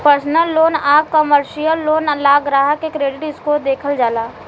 personal loan आ commercial loan ला ग्राहक के क्रेडिट स्कोर देखल जाला